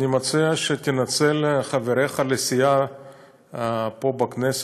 אני מציע שתנצל את חבריך לסיעה פה בכנסת,